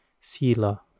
sila